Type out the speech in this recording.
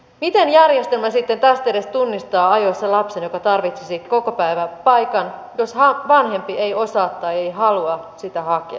miten järjestelmä sitten tästedes tunnistaa ajoissa lapsen joka tarvitsisi kokopäiväpaikan jos vanhempi ei osaa tai ei halua sitä hakea